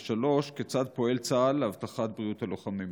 3. כיצד פועל צה"ל להבטחת בריאות ללוחמים?